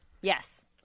yes